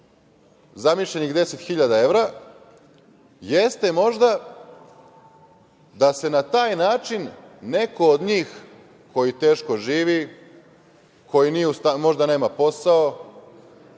zamišljenih 10.000 evra jeste možda da se na taj način neko od njih, koji teško živi, koji možda nema posao,